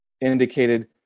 indicated